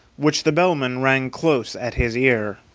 which the bellman rang close at his ear.